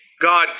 God